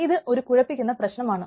ഇത് ഒരു കുഴപ്പിക്കുന്ന പ്രശ്നമാണ്